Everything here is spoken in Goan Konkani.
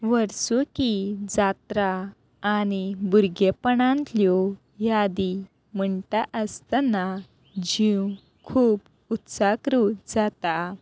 वर्सुकी जात्रा आनी भुरगेपणांतल्यो यादी म्हणटा आसतना जीव खूब उत्साकृत जाता